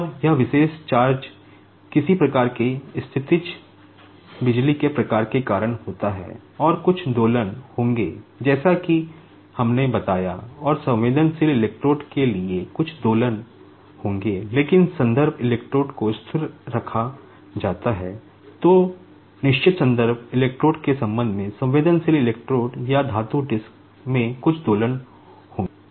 और इस विशेष चार्ज एकम्यूलेशन या धातु डिस्क में कुछ दोलनों होंगे